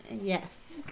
Yes